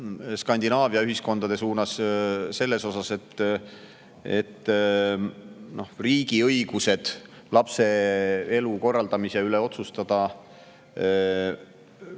Skandinaavia ühiskondade suunas, kus riigi õigused lapse elu korraldamise üle otsustada